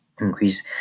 Increase